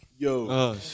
Yo